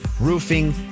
roofing